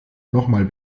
nochmal